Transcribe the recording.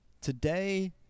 today